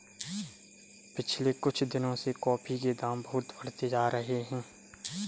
पिछले कुछ दिनों से कॉफी के दाम बहुत बढ़ते जा रहे है